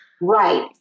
Right